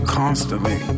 constantly